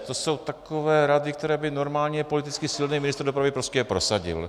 To jsou takové rady, které by normálně politicky silný ministr dopravy prostě prosadil.